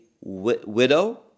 widow